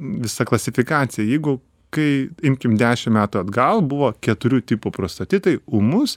visa klasifikacija jeigu kai imkim dešim metų atgal buvo keturių tipų prostatitai ūmus